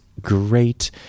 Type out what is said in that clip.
great